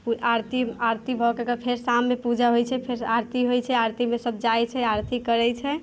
आरती आरती भऽ कऽ तऽ फेर साममे पूजा होइ छै फेर आरती होइ छै आरतीमे सब जाइ छै आरती करै छै